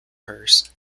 hers